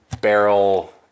barrel